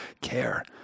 care